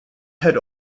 head